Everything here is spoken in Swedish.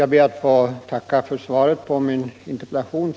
Herr talman!